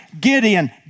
Gideon